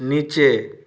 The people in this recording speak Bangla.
নিচে